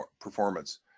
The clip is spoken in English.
performance